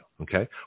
Okay